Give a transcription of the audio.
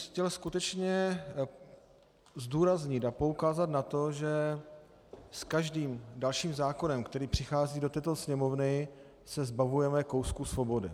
Chtěl bych skutečně zdůraznit a poukázat na to, že s každým dalším zákonem, který přichází do této Sněmovny, se zbavujeme kousku svobody.